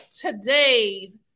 today's